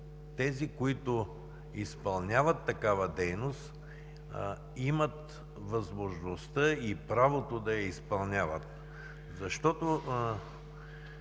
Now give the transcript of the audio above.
тези, които изпълняват такава дейност, имат възможността и правото да я изпълняват. Защото